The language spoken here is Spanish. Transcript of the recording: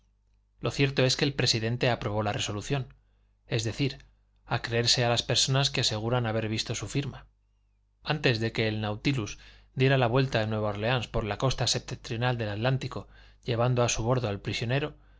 lo cierto es que el presidente aprobó la resolución es decir a creerse a las personas que aseguran haber visto su firma antes de que el nautilus diera la vuelta de nueva órleans por la costa septentrional del atlántico llevando a su bordo al prisionero